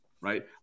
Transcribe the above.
right